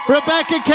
Rebecca